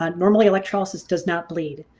um normally electrolysis does not bleed,